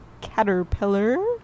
Caterpillar